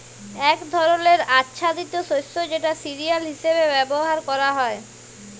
এক ধরলের আচ্ছাদিত শস্য যেটা সিরিয়াল হিসেবে ব্যবহার ক্যরা হ্যয়